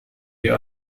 die